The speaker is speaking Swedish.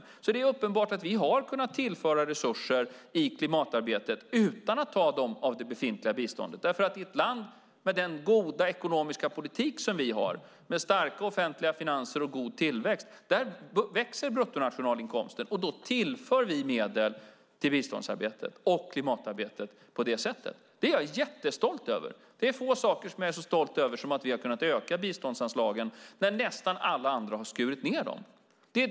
Det är därför uppenbart att vi har kunnat tillföra resurser i klimatarbetet utan att ta av det befintliga biståndet. I ett land med den goda ekonomiska politik som vi har, med starka offentliga finanser och god tillväxt, växer bruttonationalinkomsten, och på det sättet tillför vi medel till biståndsarbete och klimatarbete. Det är få saker jag är så stolt över som att vi har kunnat öka biståndsanslagen när nästan alla andra har skurit ned dem.